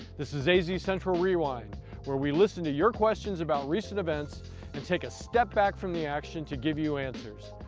this is azcentral rewind where we listen to your questions about recent events and take a step back from the action to give you answers.